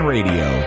Radio